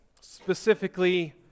specifically